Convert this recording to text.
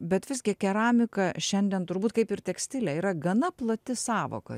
bet visgi keramika šiandien turbūt kaip ir tekstilė yra gana plati sąvoka